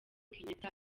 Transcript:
kenyatta